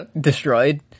Destroyed